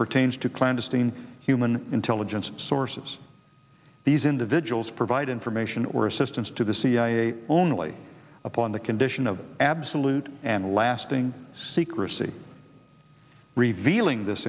pertains to clandestine human intelligence sources these individuals provide information or assistance to the cia only upon the condition of absolute and lasting secrecy revealing this